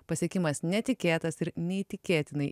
pasiekimas netikėtas ir neįtikėtinai